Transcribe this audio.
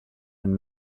and